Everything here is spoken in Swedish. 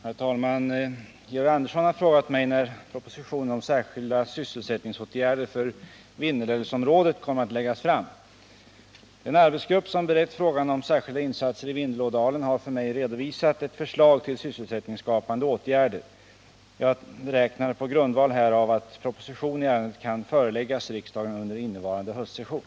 Herr talman! Georg Andersson har frågat mig när propositionen om särskilda sysselsättningsåtgärder för Vindelälvsområdet kommer att läggas fram. Den arbetsgrupp som berett frågan om särskilda insatser i Vindelådalen har för mig redovisat ett förslag till sysselsättningsskapande åtgärder. Jag beräknar på grundval härav att proposition i ärendet kan föreläggas riksdagen under innevarande höstsession.